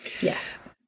Yes